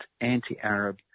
anti-arab